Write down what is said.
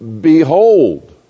Behold